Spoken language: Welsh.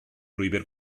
lwybr